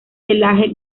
pelaje